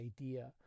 idea